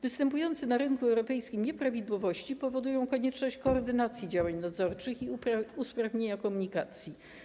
Występujące na rynku europejskim nieprawidłowości powodują konieczność koordynacji działań nadzorczych i usprawnienia komunikacji.